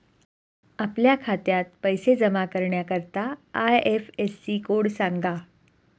आपल्या खात्यात पैसे जमा करण्याकरता आय.एफ.एस.सी कोड सांगा